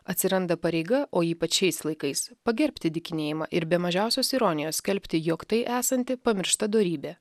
atsiranda pareiga o ypač šiais laikais pagerbti dykinėjimą ir be mažiausios ironijos skelbti jog tai esanti pamiršta dorybė